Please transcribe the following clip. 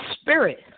spirit